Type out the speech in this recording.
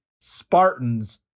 Spartans